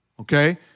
okay